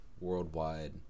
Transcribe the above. worldwide